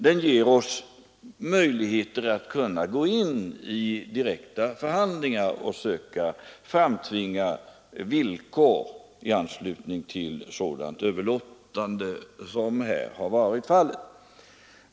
Den ger oss möjligheter att gå in i direkta förhandlingar och söka framtvinga villkor i anslutning till sådant överlåtande som här har förekommit.